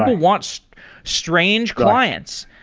want so strange clients.